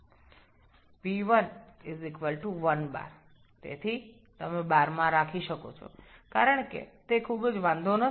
P1 1 bar সুতরাং আপনি বারে রাখতে পারেন কারণ এটি এতটা গুরুত্বপূর্ণ নয়